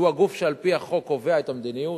שהיא הגוף שעל-פי החוק קובע את המדיניות.